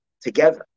together